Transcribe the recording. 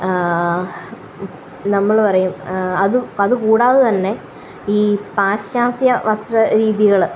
നമ്മള് പറയും അതു കൂടാതെ തന്നെ ഈ പാശ്ചാത്യ വസ്ത്ര രീതികള്